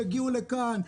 יגיעו לכאן,